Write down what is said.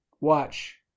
watch